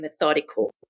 methodical